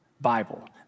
Bible